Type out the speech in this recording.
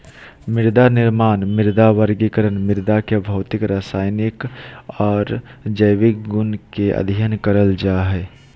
मृदानिर्माण, मृदा वर्गीकरण, मृदा के भौतिक, रसायनिक आर जैविक गुण के अध्ययन करल जा हई